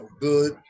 good